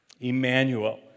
Emmanuel